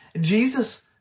Jesus